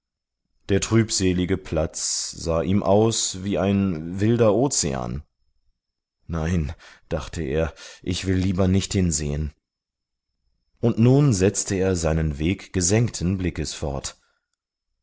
der trübselige platz sah ihm aus wie ein wilder ozean nein dachte er ich will lieber nicht hinsehen und nun setzte er seinen weg gesenkten blickes fort